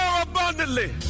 abundantly